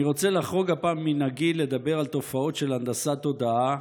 אני רוצה לחרוג הפעם ממנהגי לדבר על תופעות של הנדסת תודעה,